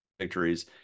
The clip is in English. victories